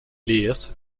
leers